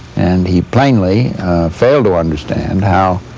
and he plainly failed to understand how